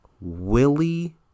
Willie